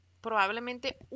probablemente